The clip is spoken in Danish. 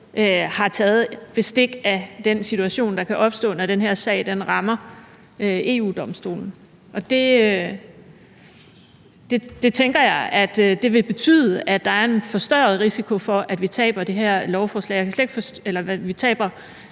har taget bestik af den situation, der kan opstå, når den her sag rammer EU-Domstolen. Og det tænker jeg vil betyde, at der er en forstørret risiko for, at vi taber en sag